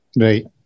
Right